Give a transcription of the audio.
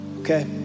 Okay